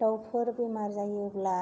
दावफोर बेमार जायोब्ला